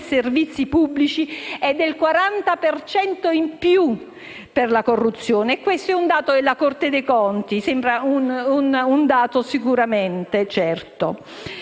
servizi pubblici è del 40 per cento in più per la corruzione. Questo è un dato della Corte dei conti. È un dato sicuramente certo.